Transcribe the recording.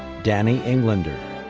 danny englander.